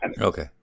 Okay